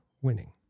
winning